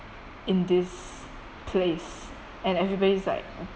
in this place and everybody is like